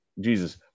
Jesus